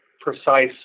precise